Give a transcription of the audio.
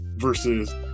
Versus